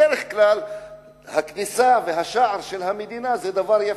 בדרך כלל הכניסה, השער של המדינה זה דבר יפה,